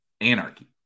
anarchy